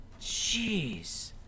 Jeez